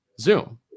Zoom